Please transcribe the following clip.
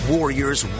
Warriors